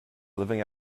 living